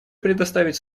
предоставить